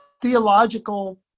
theological